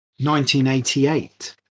1988